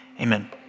Amen